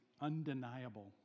undeniable